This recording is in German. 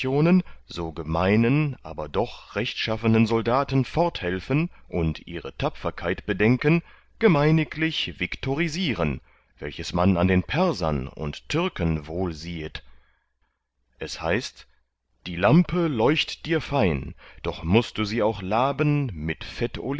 so gemeinen aber doch rechtschaffenen soldaten forthelfen und ihre tapferkeit bedenken gemeiniglich viktorisieren welches man an den persern und türken wohl siehet es heißt die lampe leucht dir fein doch mußt du sie auch laben mit